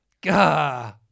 Gah